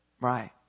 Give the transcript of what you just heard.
Right